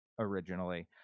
originally